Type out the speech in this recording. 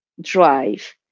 drive